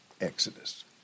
Exodus